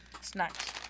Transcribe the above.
snacks